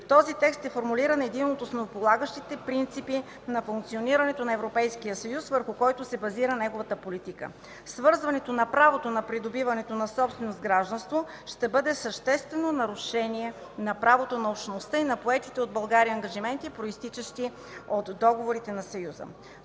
този текст е формулиран един от основополагащите принципи на функционирането на Европейския съюз, върху който се базира неговата политика. Свързването на правото на придобиването на собственост с гражданство ще бъде съществено нарушение на правото на общността и на поетите от България ангажименти, произтичащи от договорите на Съюза.